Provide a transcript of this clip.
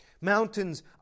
Mountains